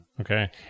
Okay